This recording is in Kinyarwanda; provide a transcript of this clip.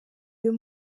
uyu